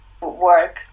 work